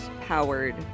powered